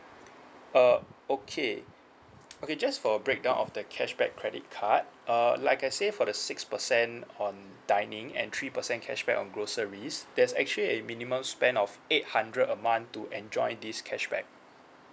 uh okay okay just for a break down of the cashback credit card uh like I say for the six percent um dining and three percent cashback on groceries there's actually a minimum spend of eight hundred a month to enjoy this cashback